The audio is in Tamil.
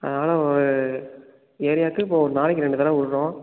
அதனால ஒரு ஏரியாவுக்கு இப்போ ஒரு நாளைக்கு ரெண்டு தடவ விடுறோம்